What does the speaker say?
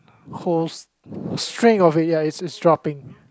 whole ya it's dropping